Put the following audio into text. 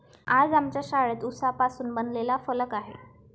आज आमच्या शाळेत उसापासून बनवलेला फलक आहे